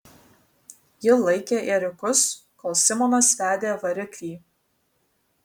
ji laikė ėriukus kol simonas vedė variklį